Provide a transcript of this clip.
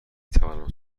توانم